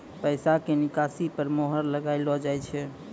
पैसा के निकासी पर मोहर लगाइलो जाय छै